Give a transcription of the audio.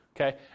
Okay